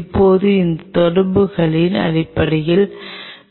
இப்போது இந்த தொடர்புகளின் அடிப்படையில்